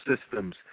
Systems